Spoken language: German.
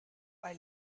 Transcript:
bei